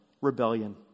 Rebellion